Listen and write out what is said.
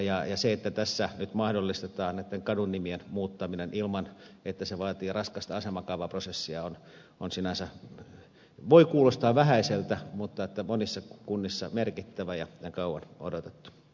se että tässä nyt mahdollistetaan näitten kadunnimien muuttaminen ilman että se vaatii raskasta asemakaavaprosessia voi kuulostaa vähäiseltä seikalta mutta on sinänsä monissa kunnissa merkittävä ja kauan odotettu asia